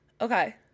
Okay